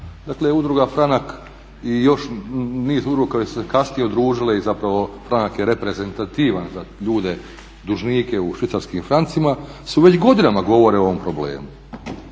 Udruga Franak i još niz udruga koje su se kasnije udružile i zapravo Franak je reprezentativan za ljude dužnike u švicarskim francima, već godinama govore o ovom problemu.